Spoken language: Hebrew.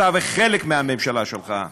אתה וחלק מהממשלה שלך,